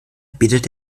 bietet